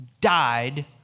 died